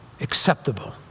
acceptable